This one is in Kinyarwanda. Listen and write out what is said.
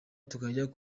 tukajya